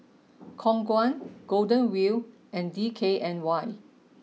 Khong Guan Golden Wheel and D K N Y